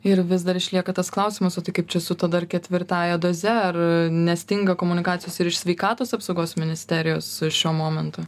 ir vis dar išlieka tas klausimas kaip čia su ta dar ketvirtąja doze ar nestinga komunikacijos ir iš sveikatos apsaugos ministerijos šiuo momentu